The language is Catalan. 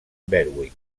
berwick